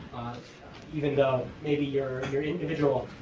even though maybe your your individual